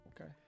Okay